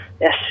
Yes